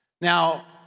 Now